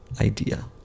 idea